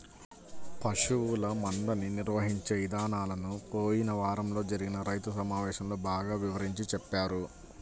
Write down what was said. పశువుల మందని నిర్వహించే ఇదానాలను పోయిన వారంలో జరిగిన రైతు సమావేశంలో బాగా వివరించి చెప్పారు